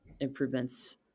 improvements